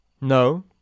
No